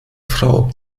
frau